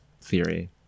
theory